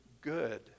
good